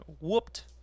whooped